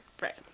Right